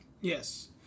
Yes